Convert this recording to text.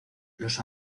los